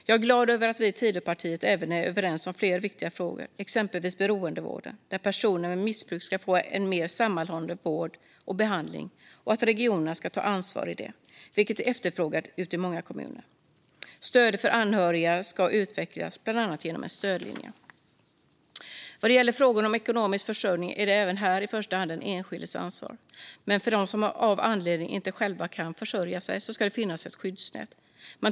Jag är glad över att vi Tidöpartier även är överens om fler viktiga frågor - exempelvis beroendevården, där personer med missbruk ska få en mer sammanhållen vård och behandling. I det ska också regionerna ta ansvar, vilket är efterfrågat ute i många kommuner. Stödet för anhöriga ska utvecklas, bland annat genom en stödlinje. Vad gäller frågor om ekonomisk försörjning är det även här i första hand den enskildes ansvar, men för dem som av någon anledning inte själva kan försörja sig ska det finnas ett skyddsnät.